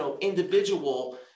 individual